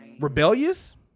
Rebellious